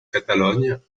catalogne